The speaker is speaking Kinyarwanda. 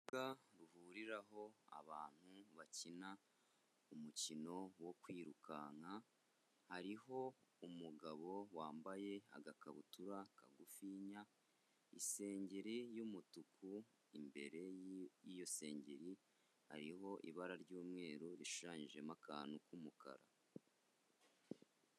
Urubuga ruhuriraho abantu bakina umukino wo kwirukanka, hariho umugabo wambaye agakabutura kagufiya, isengeri y'umutuku, imbere y'iyo sengeri hariho ibara ry'umweru rishushanyijemo akantu k'umukara.